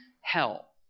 hell